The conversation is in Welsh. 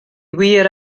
wir